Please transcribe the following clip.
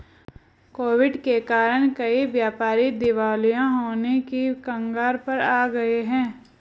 Covid के कारण कई व्यापारी दिवालिया होने की कगार पर आ गए हैं